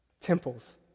Temples